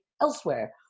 elsewhere